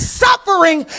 suffering